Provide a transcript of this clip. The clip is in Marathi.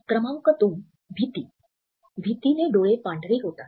क्रमांक २ भीती भीतीने डोळे पांढरे होतात